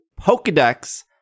Pokedex